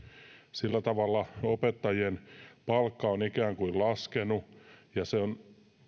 sillä tavalla opettajien palkka on ikään kuin laskenut ja se on